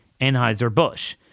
Anheuser-Busch